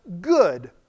Good